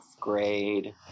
grade